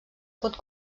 pot